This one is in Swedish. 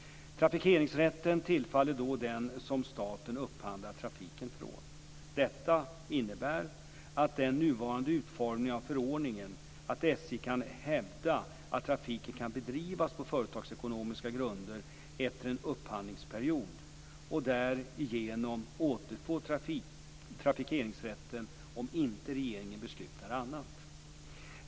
Trafikeringsrätten tillfaller då den som staten upphandlar trafiken från. Detta innebär, med den nuvarande utformningen av förordningen, att SJ kan hävda att trafiken kan bedrivas på företagsekonomiska grunder efter en upphandlingsperiod och därigenom återfå trafikeringsrätten om inte regeringen beslutar annat.